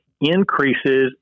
increases